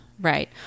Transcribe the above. Right